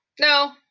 no